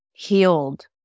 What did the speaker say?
Healed